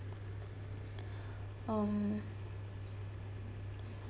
um